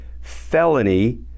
felony